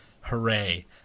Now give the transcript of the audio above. hooray